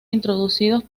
introducidos